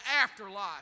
afterlife